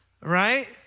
right